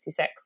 1966